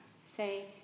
say